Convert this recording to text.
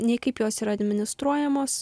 nei kaip jos yra administruojamos